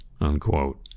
unquote